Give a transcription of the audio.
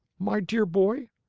my dear boy,